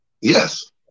Yes